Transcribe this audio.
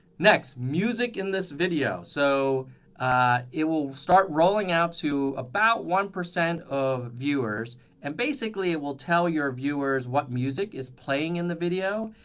next, music in this video. so it will start rolling out to about one percent of viewers and basically it will tell your viewers what music is playing in the video.